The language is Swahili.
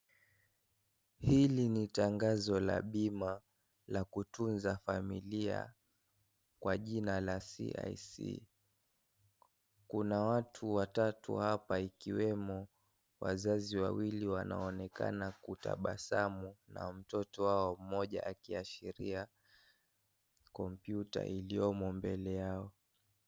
Hili ni tangazo la bima la kutunza familia kwa jina la CIC. Kuna watu watatu hapa ikiwemo wazazi wawili wanaoonekana kutabasamu na mtoto wao mmoja akiashiria kompyuta iliyomo mbele yao.